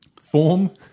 form